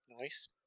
Nice